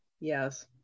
Yes